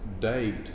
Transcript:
date